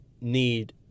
need